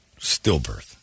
stillbirth